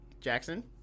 Jackson